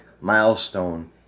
milestone